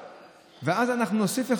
ואז אנחנו נוסיף אחד.